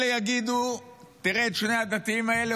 אלה יגידו: תראה את שני הדתיים האלה,